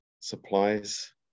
supplies